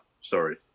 Sorry